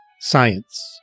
Science